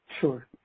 sure